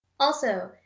also,